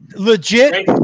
Legit